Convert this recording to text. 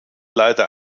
leider